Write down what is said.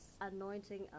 anointing